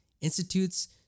institutes